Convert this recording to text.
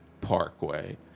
Parkway